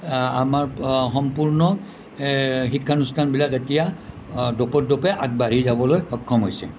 আমাৰ সম্পূৰ্ণ শিক্ষানুষ্ঠানবিলাক এতিয়া দোপতদোপে আগবাঢ়ি যাবলে সক্ষম হৈছে